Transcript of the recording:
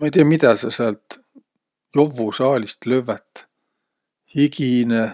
Ma ei tiiäq, midä sa säält jovvusaalist lövvät? Higine,